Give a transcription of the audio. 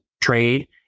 trade